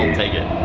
take it.